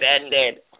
ended